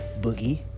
boogie